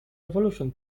revolution